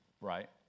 right